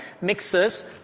mixes